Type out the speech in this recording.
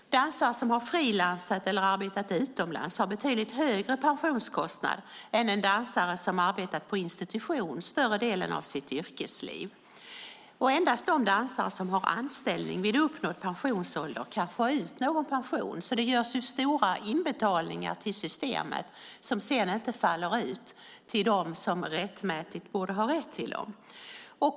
Dansare som har frilansat eller arbetat utomlands har en betydligt högre pensionskostnad än en dansare som arbetat på institution större delen av sitt yrkesliv. Endast de dansare som har anställning vid uppnådd pensionsålder kan få ut någon pension, så det görs stora inbetalningar till systemet som sedan inte faller ut till dem som borde ha rätt till dem.